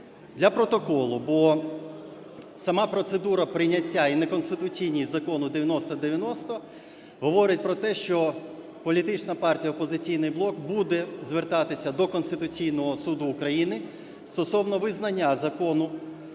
Для протоколу, бо сама процедура прийняття і неконституційність Закону 9090 говорить про те, що політична партія "Опозиційний блок" буде звертатися до Конституційного Суду України стосовно визнання Закону,